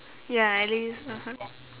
ya at least (uh huh)